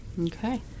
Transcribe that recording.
Okay